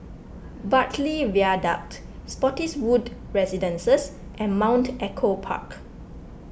Bartley Viaduct Spottiswoode Residences and Mount Echo Park